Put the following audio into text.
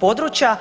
područja.